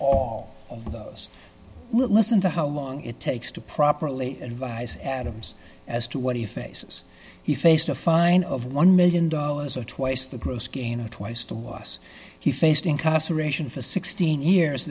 all those listen to how long it takes to properly advise adams as to what he faces he faced a fine of one million dollars or twice the gross gain or twice the was he faced incarceration for sixteen years